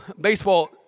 baseball